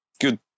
good